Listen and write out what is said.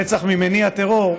רצח ממניע טרור,